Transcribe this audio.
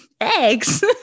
eggs